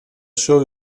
show